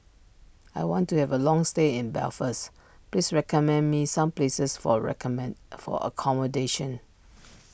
I want to have a long stay in Belfast please recommend me some places for recommend for accommodation